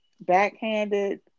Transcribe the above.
backhanded